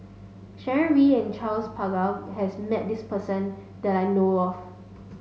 Sharon Wee and Charles Paglar has met this person that I know of